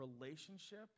relationship